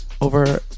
over